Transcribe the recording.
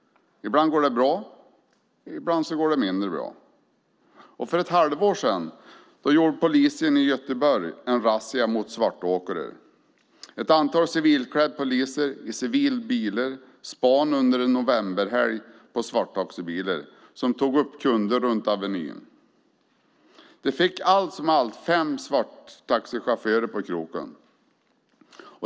Ibland går det bra och ibland mindre bra. För ett halvår sedan gjorde polisen i Göteborg en razzia mot svartåkare. Ett antal civilklädda poliser i civila bilar spanade under en novemberhelg på svarttaxibilar som tog upp kunder runt Avenyn. De fick allt som allt fem svarttaxichaufförer på kroken.